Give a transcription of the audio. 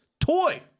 toy